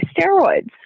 steroids